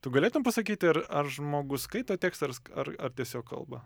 tu galėtum pasakyti ar ar žmogus skaito tekstą ar s ar ar tiesiog kalba